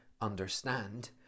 understand